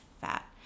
fat